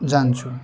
जान्छु